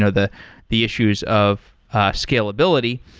ah the the issues of ah scalability.